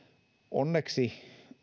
onneksi